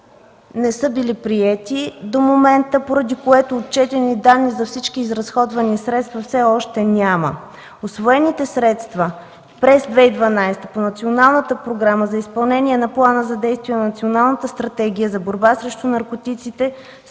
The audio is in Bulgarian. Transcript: не са били приети до момента, поради което отчетени данни за всички изразходвани средства все още няма. Усвоените средства през 2012 г. по Националната програма за изпълнение на плана за действие на Националната стратегия за борба срещу наркотиците са